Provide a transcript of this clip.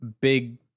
big